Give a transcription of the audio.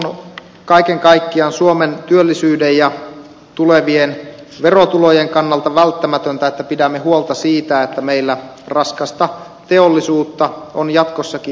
on kaiken kaikkiaan suomen työllisyyden ja tulevien verotulojen kannalta välttämätöntä että pidämme huolta siitä että meillä raskasta teollisuutta on jatkossakin